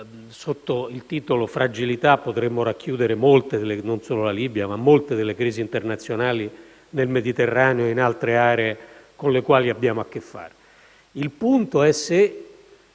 sotto il titolo «fragilità» potremmo racchiudere non solo la Libia, ma molte delle crisi internazionali nel Mediterraneo e in altre aree con le quali abbiamo a che fare. Il punto è se